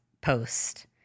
post